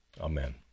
Amen